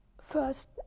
first